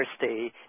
Thursday